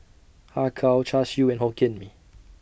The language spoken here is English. Har Kow Char Siu and Hokkien Mee